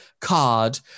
card